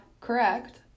correct